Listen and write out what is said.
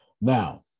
Now